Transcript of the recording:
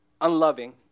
unloving